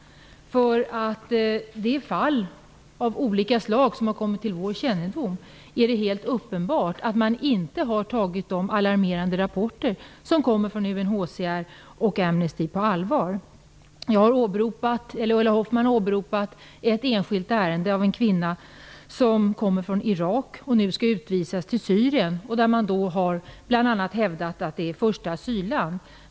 I de fall av olika slag som har kommit till vår kännedom är det helt uppenbart att man inte har tagit de alarmerande rapporter som kommit från UNHCR och Amnesty International på allvar. Ulla Hoffmann har åberopat ett enskilt ärende om en kvinna som kommer från Irak och nu skall utvisas till Syrien. Man har bl.a. hävdat att det är första asylland.